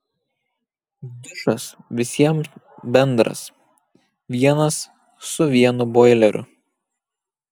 dušas visiems bendras vienas su vienu boileriu